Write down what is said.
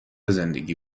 زندگی